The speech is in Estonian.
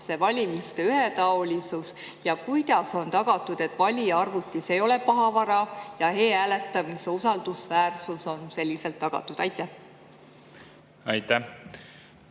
valimiste ühetaolisus ja kuidas on tagatud, et valija arvutis ei ole pahavara ja e‑hääletamise usaldusväärsus on tagatud? Aitäh! Juhul